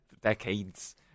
decades